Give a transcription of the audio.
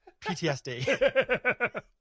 PTSD